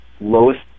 lowest